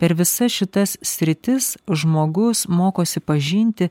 per visas šitas sritis žmogus mokosi pažinti